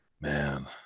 man